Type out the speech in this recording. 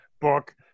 book